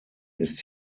ist